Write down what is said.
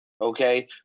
Okay